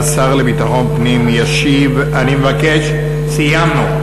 אין, השר לביטחון פנים ישיב, אני מבקש, סיימנו.